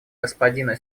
господина